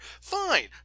Fine